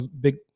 big